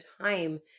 time